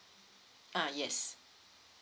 uh yes